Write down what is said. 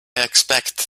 expect